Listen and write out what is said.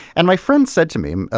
and my friend said to me,